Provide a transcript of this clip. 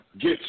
get